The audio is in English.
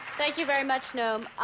thank you very much, noam.